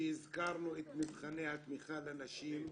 שם והזכרנו את מבחני התמיכה לנשים,